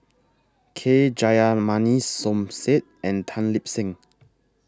K Jayamani Som Said and Tan Lip Seng